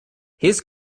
his